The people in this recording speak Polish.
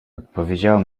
odpowiedziało